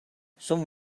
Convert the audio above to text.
some